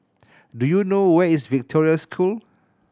do you know where is Victoria School